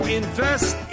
invest